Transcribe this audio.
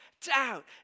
doubt